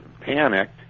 panicked